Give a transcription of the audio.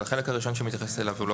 החלק הראשון שאת מתייחסת אליו הוא לא